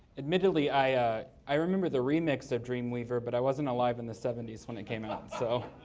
admittedly, i i remember the remix of dreamweaver, but i wasn't alive in the seventy s when it came out, so.